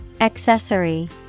Accessory